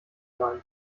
sein